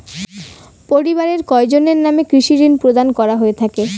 পরিবারের কয়জনের নামে কৃষি ঋণ প্রদান করা হয়ে থাকে?